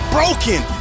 Broken